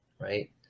Right